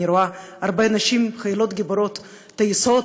אני רואה הרבה נשים, חיילות גיבורות, טייסות,